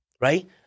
right